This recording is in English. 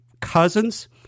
Cousins